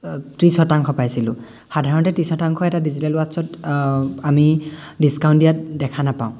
ত্ৰিশ শতাংশ পাইছিলোঁ সাধাৰণতে ত্ৰিশ শতাংশ এটা ডিজিটেল ৱাটচ্ছত আমি ডিছকাউণ্ট দিয়া দেখা নাপাওঁ